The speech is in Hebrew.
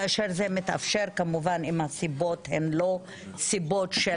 כאשר זה מתאפשר כמובן אם הנסיבות הן לא סיבות של